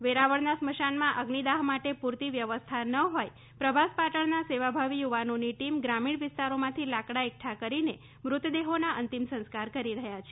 વેરાવળના સ્મશાનમાં અઝ્નિદાહ્ માટે પૂરતી વ્યવસ્થા ન હોઈ પ્રભાસ પાટણના સેવાભાવી યુવાનોની ટીમ ગ્રામીણ વિસ્તારોમાંથી લાકડાં એકઠાં કરીને મૃતદેહોના અંતીમ સંસ્કાર કરી રહયા છે